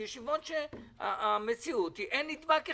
ישיבות שהמציאות היא שאין בהן ולו נדבק אחד.